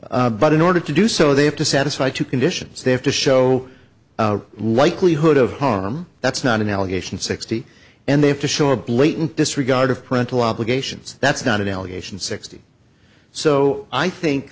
but in order to do so they have to satisfy two conditions they have to show likelihood of harm that's not an allegation sixty and they have to show a blatant disregard of parental obligations that's not an allegation sixty so i think